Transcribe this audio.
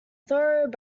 thorough